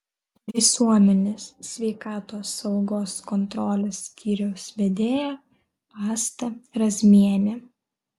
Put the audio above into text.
visuomenės sveikatos saugos kontrolės skyriaus vedėja asta razmienė